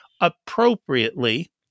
appropriately